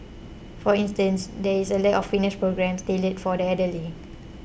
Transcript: for instance there is a lack of fitness programmes tailored for the elderly